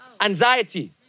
anxiety